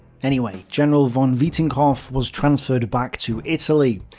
anyway, general von vietinghoff was transferred back to italy.